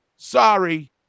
Sorry